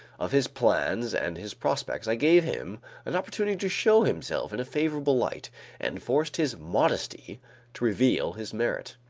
of his plans and his prospects. i gave him an opportunity to show himself in a favorable light and forced his modesty to reveal his merit.